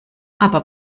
aber